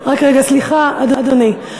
רק רגע, סליחה, אדוני.